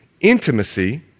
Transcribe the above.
Intimacy